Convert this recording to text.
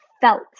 felt